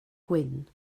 gwyn